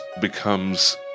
becomes